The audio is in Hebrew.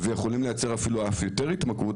ויכולים לייצר אף יותר התמכרות.